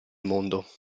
mondo